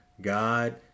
God